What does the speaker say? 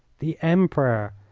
the emperor!